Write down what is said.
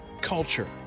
culture